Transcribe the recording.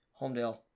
Homdale